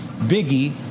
Biggie